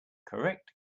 correct